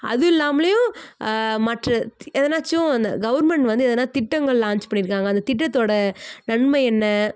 அது இல்லாமலேயும் மற்ற எதனாச்சும் இந்த கவர்மெண்ட் வந்து எதனால் திட்டங்கள் லான்ச் பண்ணியிருக்காங்க அந்த திட்டத்தோடய நன்மை என்ன